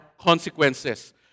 consequences